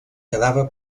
quedava